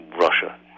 Russia